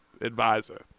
advisor